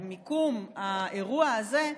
במיקום האירוע הזה,